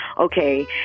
okay